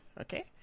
Okay